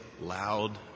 loud